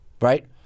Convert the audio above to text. right